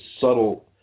subtle